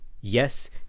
yes